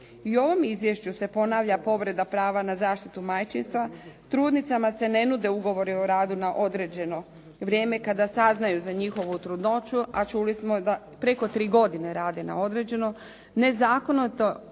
u ovom izvješću se ponavlja povreda prava na zaštitu majčinstva trudnicama se ne nude ugovori o radu na određeno vrijeme kada saznaju za njihovu trudnoću, a čuli smo da preko tri godine rade na određeno. Nezakonito im